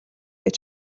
гээд